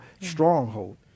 stronghold